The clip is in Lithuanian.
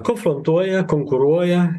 konfrontuoja konkuruoja